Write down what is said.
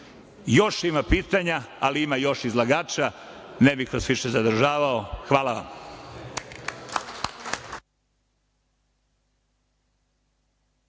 ima pitanja, ali ima i još izlagača, ne bih vas više zadržavao. Hvala.